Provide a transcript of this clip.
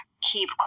keep